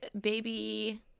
baby